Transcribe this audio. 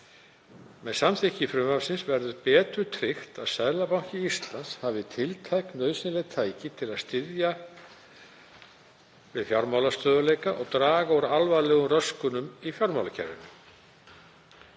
Með samþykkt frumvarpsins verður betur tryggt að Seðlabanki Íslands hafi tiltæk nauðsynleg tæki til að styðja fjármálastöðugleika og draga úr alvarlegum röskunum í fjármálakerfinu.